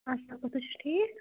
اَصٕل پٲٹھۍ تُہۍ چھُو ٹھیٖک